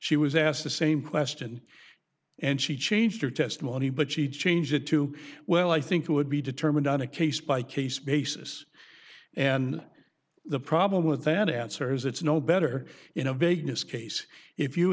she was asked the same question and she changed her testimony but she changed it to well i think it would be determined on a case by case basis and the problem with that answer is it's no better in a vagueness case if you